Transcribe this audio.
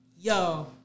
Yo